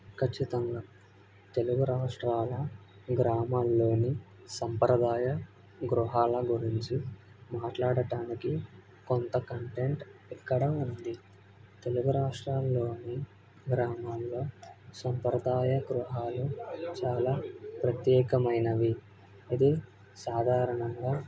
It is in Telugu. ఖచ్చితంగా తెలుగు రాష్ట్రాల గ్రామాల్లోని సంప్రదాయ గృహాల గురించి మాట్లాడటానికి కొంత కంటెంట్ ఇక్కడ ఉంది తెలుగు రాష్ట్రాల్లోని గ్రామాల్లో సంప్రదాయ గృహాలు చాలా ప్రత్యేకమైనవి ఇది సాధారణంగా